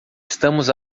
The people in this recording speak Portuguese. estamos